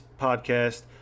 podcast